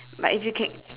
but if you can